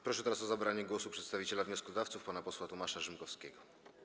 Proszę teraz o zabranie głosu przedstawiciela wnioskodawców pana posła Tomasza Rzymkowskiego.